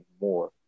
more